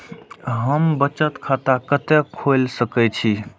हम बचत खाता कते खोल सके छी?